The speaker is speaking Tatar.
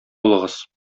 булыгыз